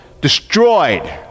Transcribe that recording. destroyed